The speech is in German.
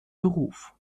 beruf